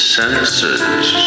senses